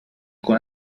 con